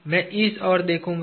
मै इस ओर देखूंगा